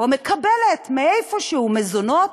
או מקבלת מאיפשהו מזונות,